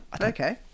okay